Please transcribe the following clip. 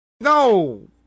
No